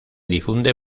difunde